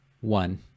One